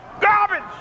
Garbage